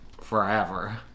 forever